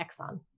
Exxon